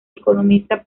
economista